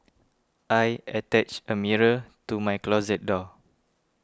I attached a mirror to my closet door